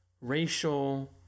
racial